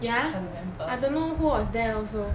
ya I don't know who was there also